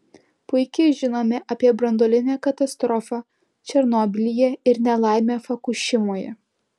puikiai žinome apie branduolinę katastrofą černobylyje ir nelaimę fukušimoje